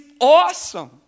awesome